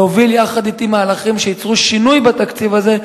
להוביל יחד אתי מהלכים שייצרו שינוי בתקציב הזה,